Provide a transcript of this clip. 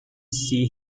see